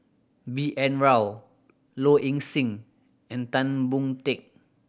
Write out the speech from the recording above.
B N Rao Low Ing Sing and Tan Boon Teik